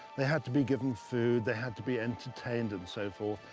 they had to be given food. they had to be entertained and so forth.